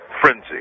frenzy